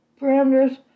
parameters